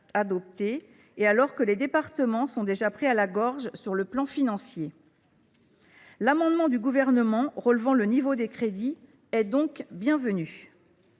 adopté et alors que les départements sont déjà pris à la gorge d’un point de vue financier. L’amendement du Gouvernement relevant le niveau de ces crédits est donc bienvenu.